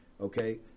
okay